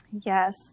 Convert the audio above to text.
Yes